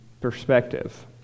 perspective